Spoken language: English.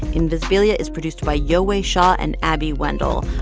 invisibilia is produced by yowei shaw and abby wendle.